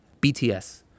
BTS